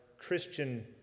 christian